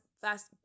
fast